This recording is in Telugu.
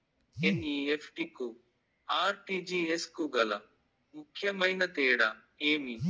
ఎన్.ఇ.ఎఫ్.టి కు ఆర్.టి.జి.ఎస్ కు గల ముఖ్యమైన తేడా ఏమి?